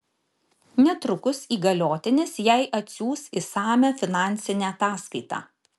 netrukus įgaliotinis jai atsiųs išsamią finansinę ataskaitą